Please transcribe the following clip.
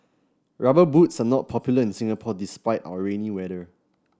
rubber boots are not popular in Singapore despite our rainy weather